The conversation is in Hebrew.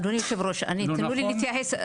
אדוני היושב ראש, אני רוצה להתייחס,